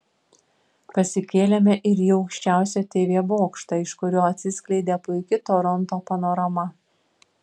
pasikėlėme ir į aukščiausią tv bokštą iš kurio atsiskleidė puiki toronto panorama